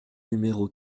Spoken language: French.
numéro